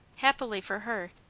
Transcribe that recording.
happily for her,